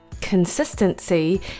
consistency